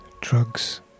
drugs